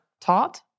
taught